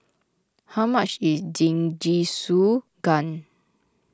how much is Jingisukan